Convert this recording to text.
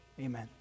Amen